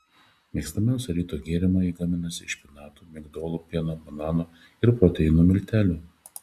mėgstamiausią ryto gėrimą ji gaminasi iš špinatų migdolų pieno banano ir proteino miltelių